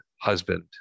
husband